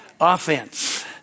offense